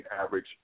average